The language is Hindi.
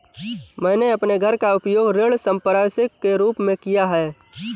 मैंने अपने घर का उपयोग ऋण संपार्श्विक के रूप में किया है